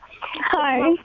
Hi